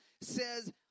says